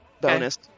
bonus